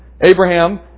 Abraham